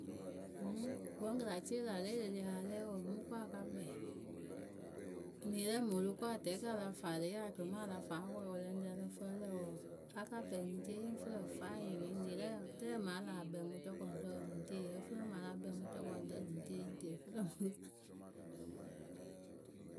wǝ kɨ la cɩɩ la lɛ e le ri a la lɛ wǝǝ o mɨ ko a ka kpɛɛ. enirɛ mɨ ŋ o lo. ko atɛkǝ a la faŋ e le yee acʊmaa a la faŋ wǝ́ wǝwǝelɛŋrǝ lǝ fǝrɨ lǝ̈ wǝǝ. a ka kpɛɛ eniŋrie yɨŋ fɨ lǝ̈ fayɩ mɨ enirɛ wǝǝ rɛɛ mɨ a laa kpɛɛ mɨ cɔkɔŋrǝ wǝǝ eniŋrie yǝ́ǝ fɨ lǝ̈, wǝ́ a la kpɛɛ mɨ jɔkɔŋrǝ eni ŋ rie yɨ ŋ tɨ yɨ fɨ lǝ.